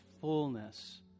fullness